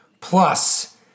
plus